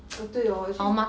orh 对 hor actually it's